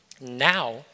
now